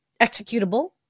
executable